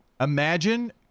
Imagine